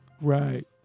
Right